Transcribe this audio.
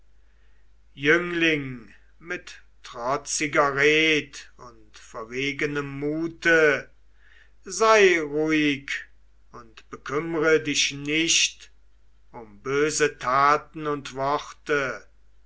von trotziger red und verwegenem mute sei ruhig und bekümmre dich nicht um böse taten und worte